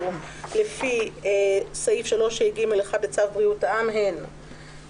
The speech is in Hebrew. לפי סעיף 3ה(ג1) לצו בריאות העם הן: (1)